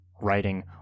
writing